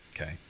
Okay